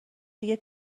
دیگه